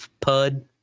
pud